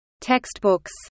Textbooks